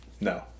No